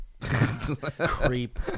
Creep